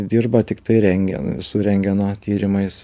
dirba tiktai rentgen su rentgeno tyrimais